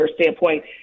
standpoint